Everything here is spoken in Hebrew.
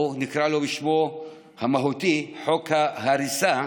או נקרא לו בשמו המהותי: חוק ההריסה.